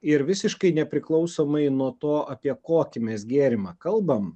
ir visiškai nepriklausomai nuo to apie kokį mes gėrimą kalbam